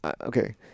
Okay